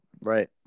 Right